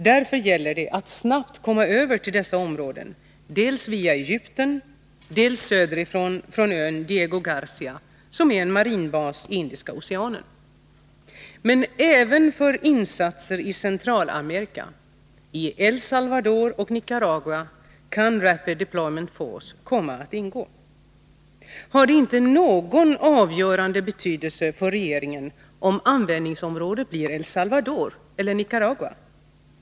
Därför gäller det att snabbt komma över dessa till områden dels via Egypten, dels söderifrån från ön Diego Garcia, som är en marinbas i Indiska Oceanen. Men även för insatser i Centralamerika — i El Salvador eller Nicaragua — kan Rapid Deployment Force komma att ingå. Har det inte någon avgörande betydelse för regeringen om användningsområdet blir El Salvador och Nicaragua?